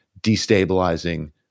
destabilizing